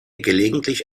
gelegentlich